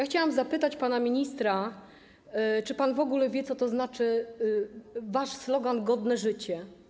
Chciałam zapytać pana ministra: Czy pan w ogóle wie, co to znaczy wasz slogan ˝godne życie˝